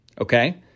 okay